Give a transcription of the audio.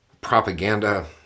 Propaganda